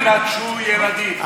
הם נטשו ילדים, הרופאים נטשו ילדים.